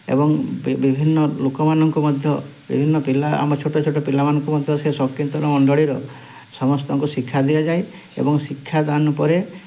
ଏବଂ ବିଭିନ୍ନ ଲୋକମାନଙ୍କୁ ମଧ୍ୟ ବିଭିନ୍ନ ପିଲା ଆମ ଛୋଟ ଛୋଟ ପିଲାମାନଙ୍କୁ ମଧ୍ୟ ସେ ସଂକୀର୍ତ୍ତନ ମଣ୍ଡଳୀର ସମସ୍ତଙ୍କୁ ଶିକ୍ଷା ଦିଆଯାଏ ଏବଂ ଶିକ୍ଷା ଦାନ ପରେ